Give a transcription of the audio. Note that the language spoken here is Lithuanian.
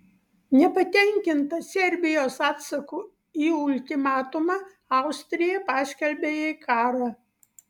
nepatenkinta serbijos atsaku į ultimatumą austrija paskelbė jai karą